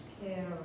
care